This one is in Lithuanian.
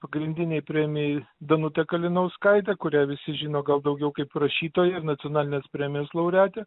pagrindinei premijai danutę kalinauskaitę kurią visi žino gal daugiau kaip rašytoją ir nacionalinės premijos laureatę